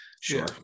sure